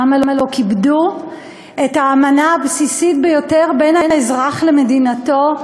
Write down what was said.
למה לא כיבדו את האמנה הבסיסית ביותר בין האזרח למדינתו,